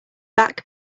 back